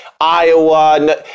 Iowa